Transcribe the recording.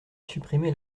supprimer